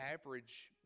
average